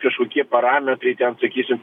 kažkokie parametrai ten sakysim